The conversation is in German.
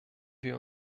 wir